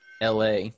LA